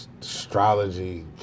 astrology